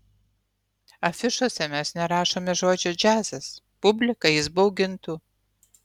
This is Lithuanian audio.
afišose mes nerašome žodžio džiazas publiką jis baugintų